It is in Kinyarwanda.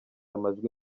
amajwi